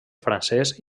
francès